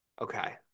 Okay